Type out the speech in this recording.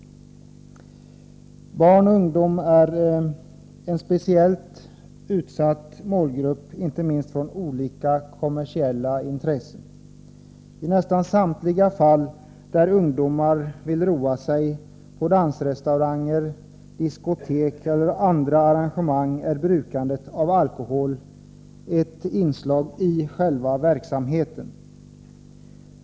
Barn och ungdom är en speciellt utsatt målgrupp inte minst för olika kommersiella intressen. I nästan samtliga fall där ungdomar vill roa sig — på dansrestauranger, diskotek eller andra arrangemang — är brukandet av alkohol ett inslag i själva verksamheten.